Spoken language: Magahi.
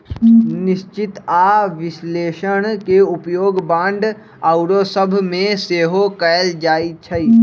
निश्चित आऽ विश्लेषण के उपयोग बांड आउरो सभ में सेहो कएल जाइ छइ